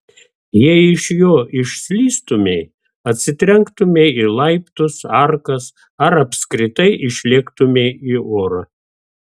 jei iš jo išslystumei atsitrenktumei į laiptus arkas ar apskritai išlėktumei į orą